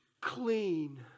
clean